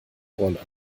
rolle